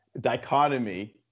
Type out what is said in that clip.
dichotomy